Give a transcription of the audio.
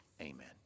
Amen